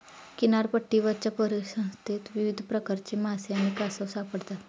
किनारपट्टीवरच्या परिसंस्थेत विविध प्रकारचे मासे आणि कासव सापडतात